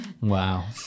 Wow